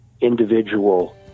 individual